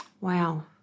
wow